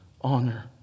honor